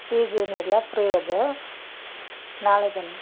fees ಏನಿಲ್ಲ free ಅದೆ ನಾಳೆ ಬನ್ನಿ